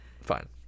fine